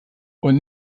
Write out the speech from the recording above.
und